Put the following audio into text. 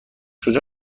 کجا